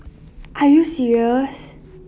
are you serious